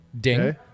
Ding